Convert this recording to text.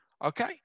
Okay